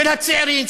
של הצעירים,